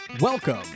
welcome